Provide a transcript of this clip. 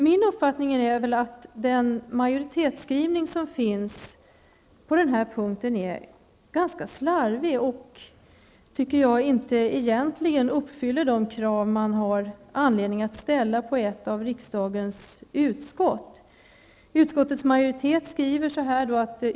Min uppfattning är att den majoritetsskrivning som finns på denna punkt är ganska slarvig och egentligen inte uppfyller de krav som man har anledning att ställa på ett av riksdagens utskott.